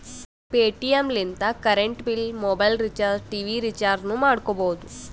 Paytm ಲಿಂತ current bill, mobile recharge, TV ರಿಚಾರ್ಜನೂ ಮಾಡ್ಕೋಬೋದು